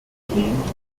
entlehnt